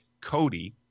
Cody